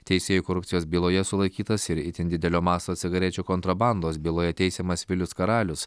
teisėjų korupcijos byloje sulaikytas ir itin didelio masto cigarečių kontrabandos byloje teisiamas vilius karalius